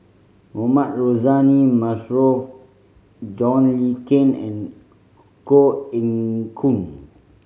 Mohamed Rozani Maarof John Le Cain and Koh Eng Hoon